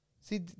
See